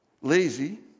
lazy